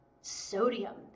sodium